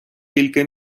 кілька